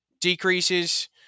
decreases